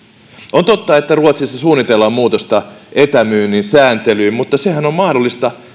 on totta että ruotsissa suunnitellaan muutosta etämyynnin sääntelyyn mutta sääntelyn muutoshan on mahdollista